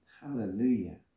Hallelujah